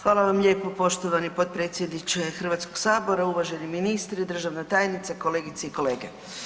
Hvala vam lijepo poštovani potpredsjedniče Hrvatskog sabora, uvaženi ministre, državna tajnice, kolegice i kolege.